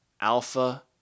Alpha